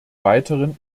weiteren